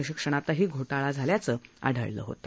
प्रशिक्षणातही घोटाळा झाल्याचं आढळलं होतं